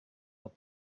not